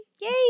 Yay